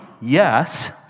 yes